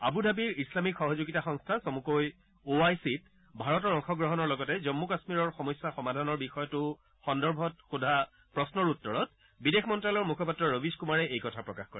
আবু ধাবিৰ ইছলামিক সহযোগিতা সংস্থা চমুকৈ অ' আই চিত ভাৰতৰ অংশগ্ৰহণৰ লগতে জন্মু কাশ্মীৰৰ সমস্যা সমাধানৰ বিষয়টো সন্দৰ্ভত সোধা প্ৰশ্নৰ উত্তৰত বিদেশ মন্তালয়ৰ মখপাত্ৰ ৰবিশ কুমাৰে এই কথা প্ৰকাশ কৰে